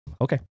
okay